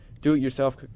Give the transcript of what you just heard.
do-it-yourself